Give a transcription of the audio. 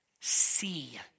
See